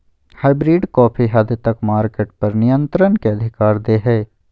hybrid काफी हद तक मार्केट पर नियन्त्रण के अधिकार दे हय